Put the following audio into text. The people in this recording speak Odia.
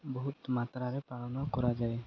ବହୁତ ମାତ୍ରାରେ ପାଳନ କରାଯାଏ